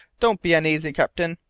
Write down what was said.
don't be uneasy, captain,